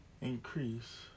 increase